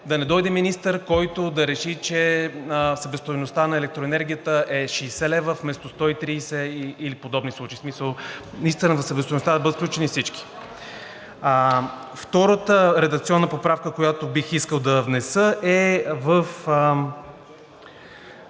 да не дойде министър, който да реши, че себестойността на електроенергията е 60 лв. вместо 130 или подобни случаи, в смисъл наистина в себестойността да бъдат включени всички. Втората редакционна поправка, която бих искал да внеса, е в